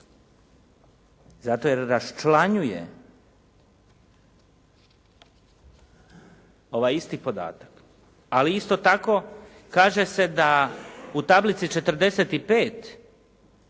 zato jer raščlanjuje ovaj isti podatak. Ali isto tako kaže se da u tablici 45